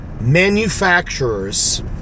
manufacturers